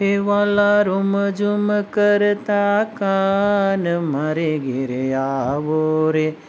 એ વાલા રુમઝુમ કરતાં કાન મારે ઘેરે આવો રે